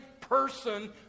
person